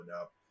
up